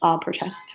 protest